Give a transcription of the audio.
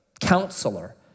Counselor